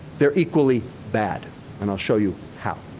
they're equally bad and i'll show you how.